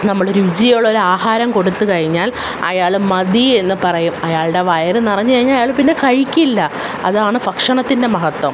നമ്മൾ രുചിയുള്ളൊരു ആഹാരം കൊടുത്തു കഴിഞ്ഞാൽ അയാൾ മതി എന്ന് പറയും അയാളുടെ വയറ് നിറഞ്ഞ് കഴിഞ്ഞാൽ അയാൾ പിന്നെ കഴിക്കില്ല അതാണ് ഭക്ഷണത്തിൻ്റെ മഹത്വം